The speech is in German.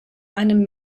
einem